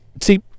see